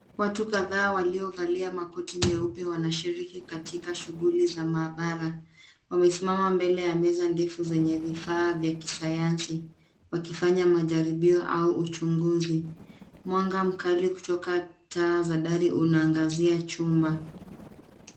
Watu kadhaa waliovalia makoti meupe wanashiriki katika shughuli za mahabara wamesimama mbele ya meza ndefu zenye vifaa vya kisayansi wakifanya majirimbio au uchunguzi. Mwanga mkali ukitoka taa za dari unaangazia chumba.